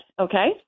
Okay